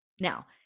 Now